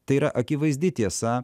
tai yra akivaizdi tiesa